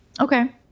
Okay